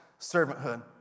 servanthood